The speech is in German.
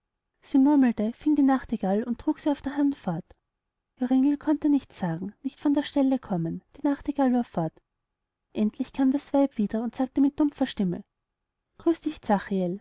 sie murmelte fing die nachtigall und trug sie auf der hand fort joringel konnte nichts sagen nicht von der stelle kommen die nachtigall war fort endlich kam das weib wieder und sagte mit dumpfer stimme grüß dich zachiel